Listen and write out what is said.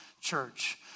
church